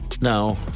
No